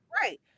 Right